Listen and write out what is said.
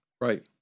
right